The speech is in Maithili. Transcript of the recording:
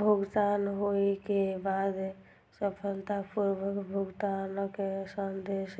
भुगतान होइ के बाद सफलतापूर्वक भुगतानक संदेश